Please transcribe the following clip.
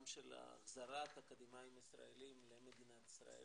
גם של החזרת אקדמאים ישראלים למדינת ישראל